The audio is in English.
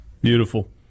Beautiful